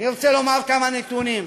אני רוצה לומר כמה נתונים,